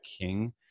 King